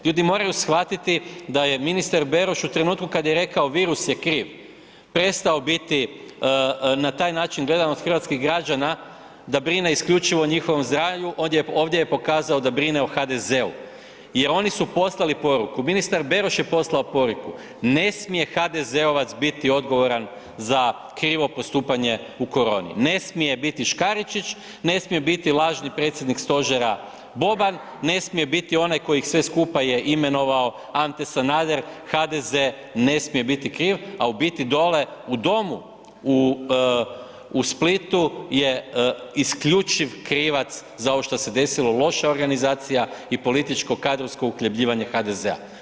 Ljudi moraju shvatiti da je ministar Beroš u trenutku kad je rekao virus je kriv, prestao biti na taj način gledan od hrvatskih građana da brine isključivo o njihovom zdravlju, ovdje je pokazao da brine o HDZ-u jer oni su poslali poruku, ministar Beroš je poslao poruku, ne smije HDZ-ovac biti odgovoran za krivo postupanje u koroni, ne smije biti Škaričić, ne smije biti lažni predsjednik stožera Boban, ne smije biti onaj koji ih sve skupa je imenovao Ante Sanader, HDZ ne smije biti kriv a u biti dole u domu u Splitu je isključiv krivac za ovo što se desilo, loša organizacija i političko kadrovsko uhljebljivanje HDZ-a.